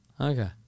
Okay